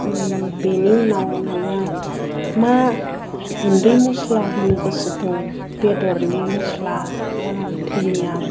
बेनि उनाव नोङो मा गुन्दै मस्ला होनो गोसो दं बेदरनि मस्ला धोनिया